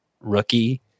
rookie